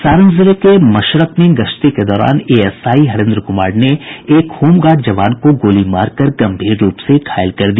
सारण जिले के मशरक में गश्ती के दौरान एएसआई हरेन्द्र कुमार ने एक होमगार्ड जवान को गोलीमार कर गम्भीर रूप से घायल कर दिया